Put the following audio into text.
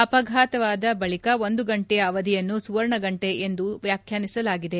ಗಂಭೀರ ಗಾಯದ ಬಳಿಕ ಒಂದು ಗಂಟೆಯ ಅವಧಿಯನ್ನು ಸುವರ್ಣ ಗಂಟೆ ಎಂದು ವ್ಯಾಖ್ಯಾನಿಸಲಾಗಿದೆ